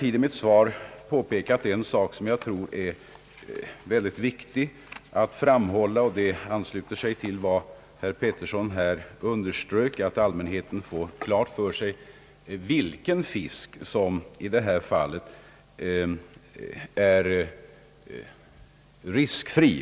I mitt svar har jag pekat på en viktig sak, och svaret ansluter sig i den delen till vad herr Petersson underströk: allmänheten måste få klarhet beträffande vilken fisk som är riskfri.